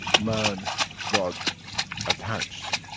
man got attached.